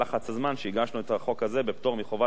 שהגשנו את החוק הזה בפטור מחובת הנחה,